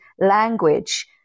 language